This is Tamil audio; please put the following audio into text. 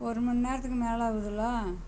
ஒரு மணி நேரத்துக்கு மேலே ஆகுதுலோ